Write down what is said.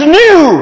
new